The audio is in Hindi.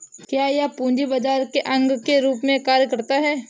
क्या यह पूंजी बाजार के अंग के रूप में कार्य करता है?